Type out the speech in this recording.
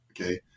Okay